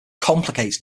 complicates